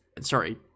Sorry